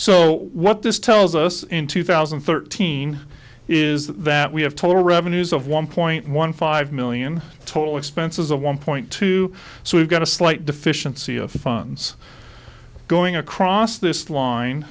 so what this tells us in two thousand and thirteen is that we have total revenues of one point one five million total expenses a one point two so we've got a slight deficiency of funds going across this line